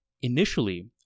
Initially